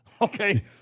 okay